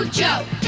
joke